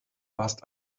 warst